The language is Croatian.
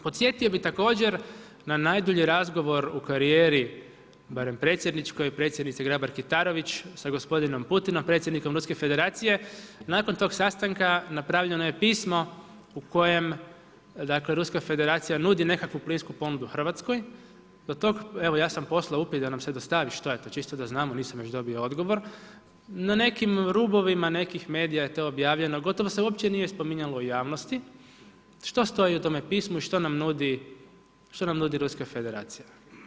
Podsjetio bih također na najdulji razgovor u karijeri, barem predsjedničkoj, predsjednice Grabar Kitarović sa gospodinom Putinom, predsjednikom Ruske federacije, nakon tog sastanka napravljeno je pismo u kojem Ruska federacija nudi nekakvu plinsku ponudu Hrvatskoj. ja sam poslao upit da nam se dostavi što je to, čisto da znamo, nisam još dobio odgovor, no nekim rubovima nekih medija je to objavljeno, gotovo se uopće nije spominjalo u javnosti, što stoji u tome pismu i što nam nudi Ruska federacija?